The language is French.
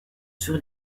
sur